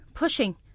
Pushing